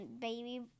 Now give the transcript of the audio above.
baby